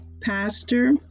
Pastor